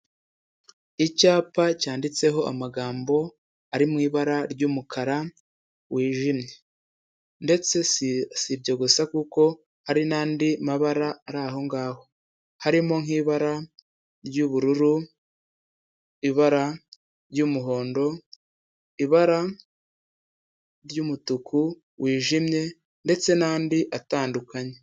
Icyapa cyanditseho amagambo ari mu ibara ry'umukara wijimye ndetse si ibyo gusa kuko hari n'andi mabara ari ahongaho. Harimo nk'ibara ry'ubururu, ibara ry'umuhondo, ibara ry'umutuku wijimye ndetse n'andi atandukanye.